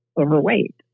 overweight